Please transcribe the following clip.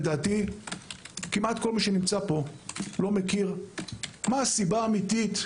לדעתי כמעט כל מי שנמצא פה לא מכיר מה הסיבה האמיתית.